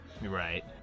right